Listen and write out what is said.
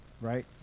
right